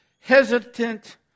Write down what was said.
hesitant